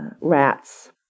rats